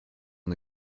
son